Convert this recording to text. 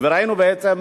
וראינו בעצם,